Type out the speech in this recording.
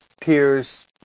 tears